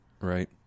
Right